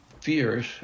fears